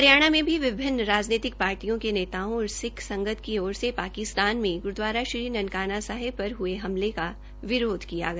हरियाणा में भी विभिन्न राजनैतिक पाटियों के नेताओं और सिख संगत की ओर से पाकिस्तान में गुरूद्वारा श्री ननकाना साहिब पर हए हमले का विरोध किया गया